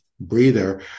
breather